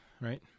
right